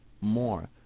more